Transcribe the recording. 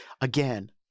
again